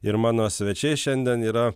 ir mano svečiai šiandien yra